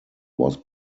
was